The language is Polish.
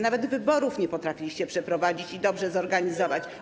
Nawet wyborów nie potrafiliście przeprowadzić i dobrze zorganizować.